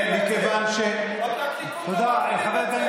תודה רבה.